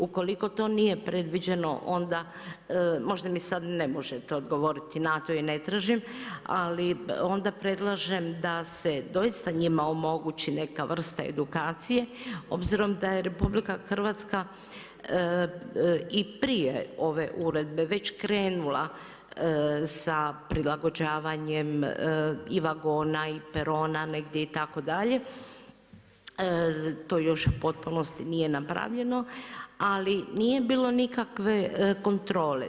Ukoliko to nije predviđeno onda možda mi sada ne možete odgovoriti na to i ne tražim, ali onda predlažem da se doista njima omogući neka vrsta edukacije, obzirom da je RH i prije ove uredbe već krenula sa prilagođavanjem i vagona i perona negdje itd. to još u potpunosti nije napravljeno, ali nije bilo nikakve kontrole.